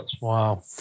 Wow